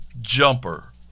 jumper